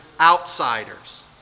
outsiders